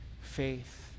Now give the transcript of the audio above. faith